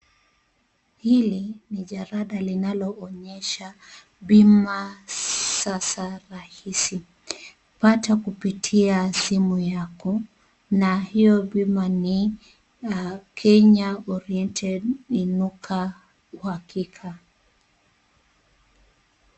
Hili ni jalada linalo onyesha bima sasa rahisi pata kupitia simu yako, na hiyo bima ni Kenya Oriental inuka uhakika.